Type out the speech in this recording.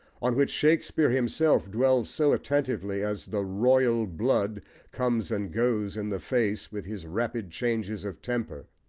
on which shakespeare himself dwells so attentively as the royal blood comes and goes in the face with his rapid changes of temper.